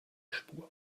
spur